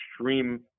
extreme